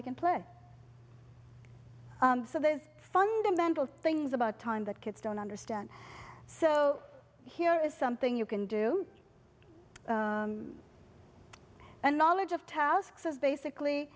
hey can play so there is fundamental things about time that kids don't understand so here is something you can do a knowledge of tasks is basically